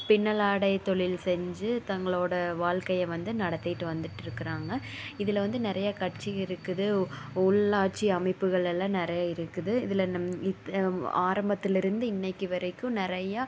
பின்னல் ஆடை தொழில் செஞ்சு தங்களோட வாழ்க்கையை வந்து நடத்திட்டு வந்துட்ருக்கிறாங்க இதில் வந்து நிறைய கட்சி இருக்குது உள்ளாட்சி அமைப்புகள் எல்லாம் நிறைய இருக்குது இதில் நம் ஆரம்பத்திலேருந்து இன்னைக்கு வரைக்கும் நிறையா